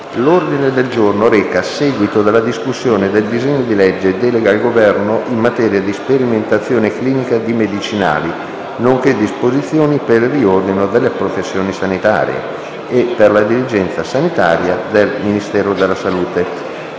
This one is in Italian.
Il Senato, in sede di discussione del disegno di legge recante «Delega al Governo in materia di sperimentazione clinica di medicinali nonché disposizioni per il riordino delle professioni sanitarie e per la dirigenza sanitaria del Ministero della salute»;